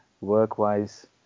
work-wise